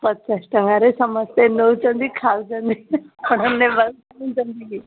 ପଚାଶ ଟଙ୍କାରେ ସମସ୍ତେ ନେଉଛନ୍ତି ଖାଉଛନ୍ତି କ'ଣ ନେବାକୁ ଚାହୁଁଛନ୍ତି କି